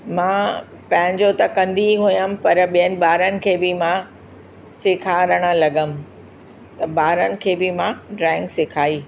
मां पंहिंजो त कंदी हुयमि पर ॿियनि ॿारनि खे बि मां सेखारणु लॻमि त ॿारनि खे बि मां ड्राइंग सेखारी